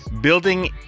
Building